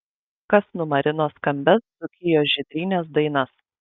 kas numarino skambias dzūkijos žydrynės dainas